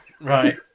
Right